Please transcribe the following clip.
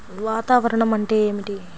వాతావరణం అంటే ఏమిటి?